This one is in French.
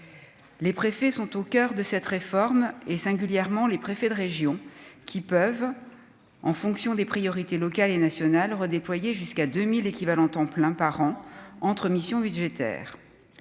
les préfets sont au coeur de cette réforme, et singulièrement les préfets de région, qui peuvent en fonction des priorités locales et nationales redéployer jusqu'à 2000 équivalents temps plein par an entre missions budgétaires,